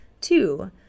Two